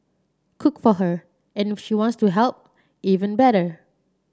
cook for her and if she wants to help even better